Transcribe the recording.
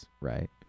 Right